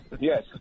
Yes